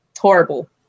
horrible